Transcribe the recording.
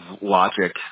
logic